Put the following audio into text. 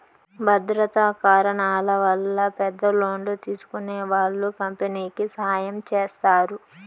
భద్రతా కారణాల వల్ల పెద్ద లోన్లు తీసుకునే వాళ్ళు కంపెనీకి సాయం చేస్తారు